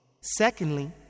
Secondly